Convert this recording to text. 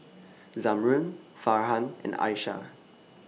Zamrud Farhan and Aishah